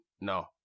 no